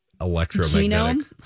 electromagnetic